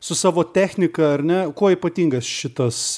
su savo technika ar ne kuo ypatingas šitas